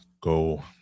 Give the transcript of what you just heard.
go